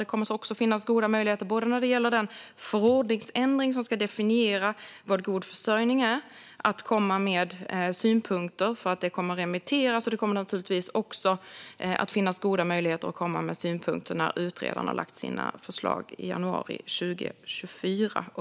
Det kommer också att finnas goda möjligheter att komma med synpunkter när det gäller den förordningsändring som ska definiera vad god försörjning är, för den kommer att remitteras. Det kommer också att finnas goda möjligheter att komma med synpunkter när utredaren har lagt fram sina förslag i januari 2024.